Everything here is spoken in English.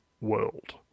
world